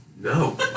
No